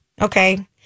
Okay